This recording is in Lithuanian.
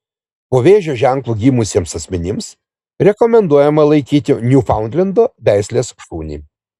po vėžio ženklu gimusiems asmenims rekomenduojama laikyti niufaundlendo veislės šunį